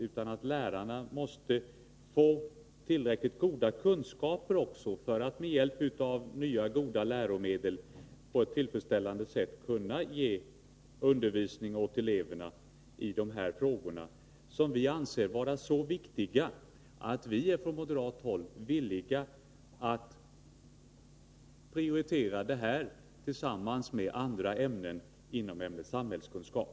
Lärarna måste också, enligt vår åsikt, få tillräckligt goda kunskaper för att med hjälp av nya goda läromedel på ett tillfredsställande sätt kunna ge eleverna undervisning i de här frågorna som vi på moderat håll anser vara så viktiga att vi är villiga att prioritera dem, tillsammans med annat, inom ämnet samhällskunskap.